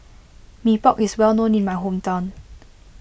Mee Pok is well known in my hometown